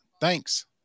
Thanks